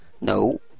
No